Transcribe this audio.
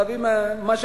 להביא מה שאין,